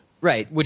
Right